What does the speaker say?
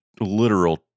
literal